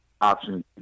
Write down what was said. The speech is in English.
option